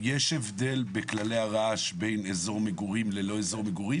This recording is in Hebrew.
יש הבדל בכללי הרעש בין אזור מגורים ללא אזור מגורים?